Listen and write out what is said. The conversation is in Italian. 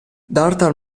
durtar